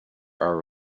are